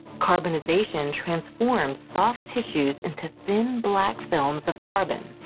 carbonization transforms soft tissues into thin black films of carbon.